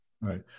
right